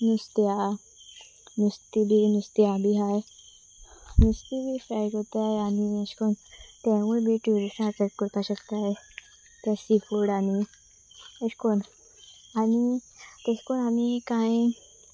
नुस्त्या नुस्तें बी नुस्त्या बी आसा नुस्तें बी फ्राय करतात आनी अशें करून तेंवूय बी ट्युरिस्ट अट्रेक्ट करपा शकता तें सी फूड आनी अशें करून आनी तशें करून आमी कांय